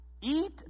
Eat